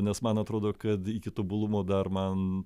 nes man atrodo kad iki tobulumo dar man